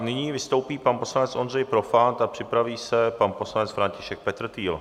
Nyní vystoupí pan poslanec Ondřej Profant a připraví se pan poslanec František Petrtýl.